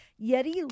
Yeti